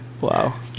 Wow